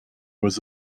was